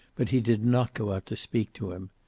but he did not go out to speak to him.